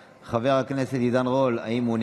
לכן אני אומר, לא, מה הקשר?